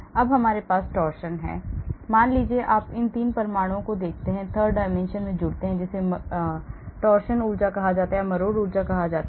अब हमारे पास torsion है मान लीजिए आप इन 3 परमाणुओं को देखते हैं third dimension में मुड़ते हैं जिसे मरोड़ ऊर्जा कहा जाता है